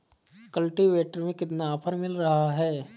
Cultivator में कितना offer मिल रहा है?